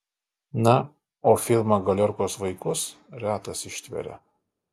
na o filmą galiorkos vaikus retas ištveria